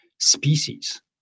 species